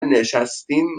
نشستیم